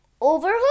over